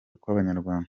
kw’abanyarwanda